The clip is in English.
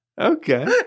Okay